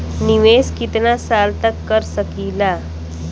निवेश कितना साल तक कर सकीला?